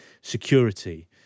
security